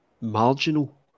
marginal